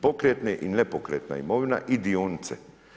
Pokretna i nepokretna imovina i dionice.